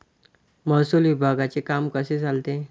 महसूल विभागाचे काम कसे चालते?